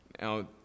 Now